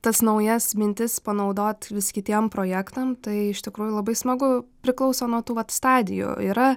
tas naujas mintis panaudot vis kitiem projektam tai iš tikrųjų labai smagu priklauso nuo tų vat stadijų yra